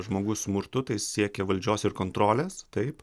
žmogus smurtu tai siekia valdžios ir kontrolės taip